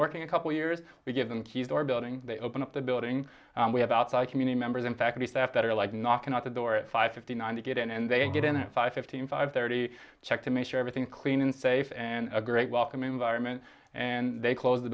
working a couple of years we give them keys or building they open up the building we have outside community members in faculty staff that are like knocking out the door at five fifty nine to get in and they get in a five fifteen five thirty check to make sure everything is clean and safe and a great welcoming environment and they close the